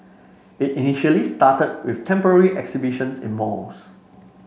it initially started with temporary exhibitions in malls